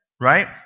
Right